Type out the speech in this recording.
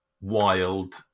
wild